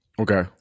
Okay